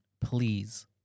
please